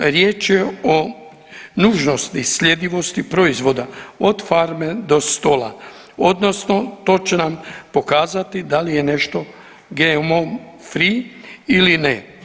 Riječ je o nužnosti sljedivosti proizvoda od farme do stola, odnosno to će nam pokazati da li je nešto GMO free ili ne.